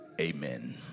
amen